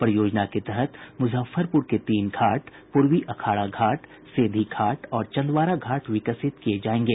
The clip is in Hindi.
परियोजना के तहत मुजफ्फरपुर के तीन घाट पूर्वी अखाड़ा घाट सेधी घाट और चंदवारा घाट विकसित किए जाएंगे